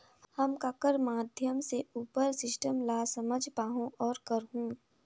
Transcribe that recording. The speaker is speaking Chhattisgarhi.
हम ककर माध्यम से उपर सिस्टम ला समझ पाहुं और करहूं?